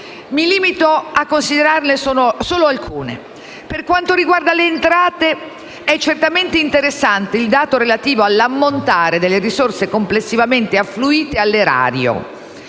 Mi limito a considerare solo alcune delle numerose criticità. Per quanto riguarda le entrate, è certamente interessante il dato relativo all'ammontare delle risorse complessivamente affluite all'erario.